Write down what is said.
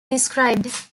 described